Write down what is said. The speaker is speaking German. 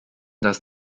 dass